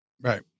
Right